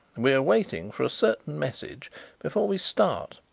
we are waiting for a certain message before we start,